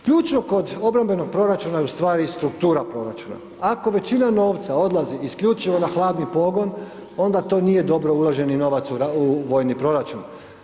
Ključno kod obrambenog proračuna je u stvari struktura proračuna, ako većina novca odlazi isključivo na hladni pogon, onda to nije dobro uloženi novac u vojni proračun.